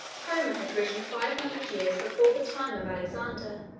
homer had written five hundred years before the time of alexander,